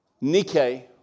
Nike